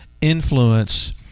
influence